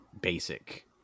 basic